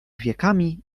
wiekami